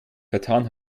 vertan